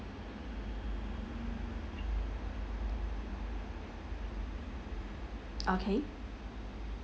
okay